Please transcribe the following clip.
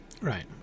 Right